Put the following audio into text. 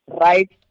right